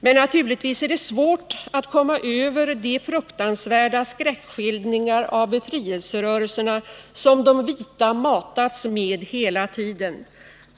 Men naturligtvis är det svårt att komma över de fruktansvärda skräckskildringar av befrielserörelserna som de vita matats med hela tiden.